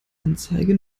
anzeige